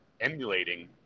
emulating